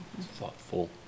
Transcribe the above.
thoughtful